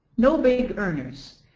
no big earners.